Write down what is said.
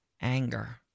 anger